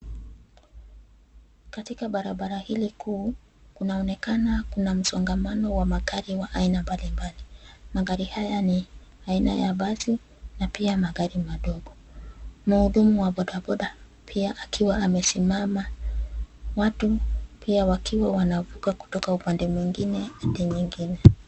Katika barabara hili kuu, kunaonekana kuna msongamano wa magari wa aina mbalimbali. Magari haya ni aina ya basi na pia magari madogo. Mhudumu wa boda boda pia akiwa amesimama. Watu pia wakiwa wanavuka kutoka upande mwingine hadi nyingine.